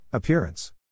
Appearance